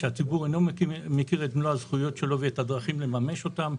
שהציבור אינו מכיר את מלוא הזכויות שלו ואת הדרכים לממש אותן.